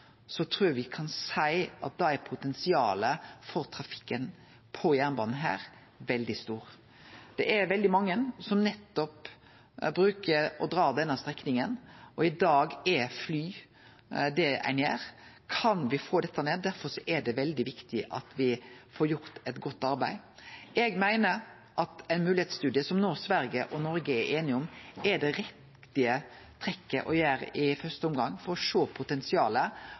trur eg me kan seie at da er potensialet for trafikken på denne jernbanen veldig stort. Det er veldig mange som bruker å dra nettopp denne strekninga, og i dag er å fly det ein gjer. Kan me få dette ned? Derfor er det veldig viktig at me får gjort eit godt arbeid. Eg meiner at ein moglegheitsstudie, som no Sverige og Noreg er einige om, er det riktige trekket å gjere i første omgang, for å sjå potensialet